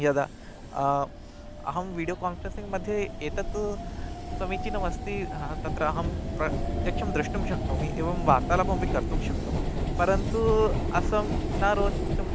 यदा अहं video conferencing मध्ये एतत् समीचीनमस्ति ह तत्र अहं प्रत्यक्षं द्रष्टुं शक्नोमि एवं वार्तालापमपि कर्तुं शक्नोमि परन्तु असम् न रोचम्